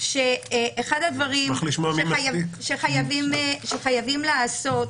שאחד הדברים שחייבים לעשות